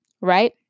right